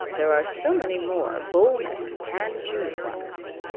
there are so many more bull-necked, tan-shoed ones.